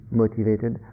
motivated